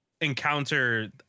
encounter